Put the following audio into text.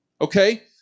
Okay